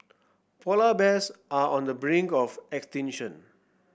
polar bears are on the brink of extinction